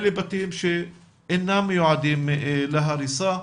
אלה בתים שאינם מיועדים להריסה,